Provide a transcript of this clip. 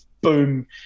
boom